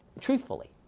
truthfully